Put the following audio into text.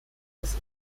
des